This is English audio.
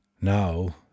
Now